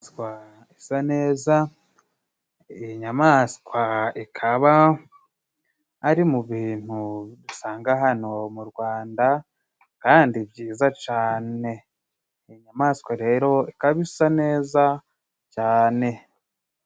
Inyamaswa isa neza, iyi nyamaswa ikaba ari mu bintu dusanga hano mu Rwanda kandi byiza cane. Inyamaswa rero ikaba isa neza cyane.